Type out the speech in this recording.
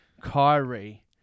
Kyrie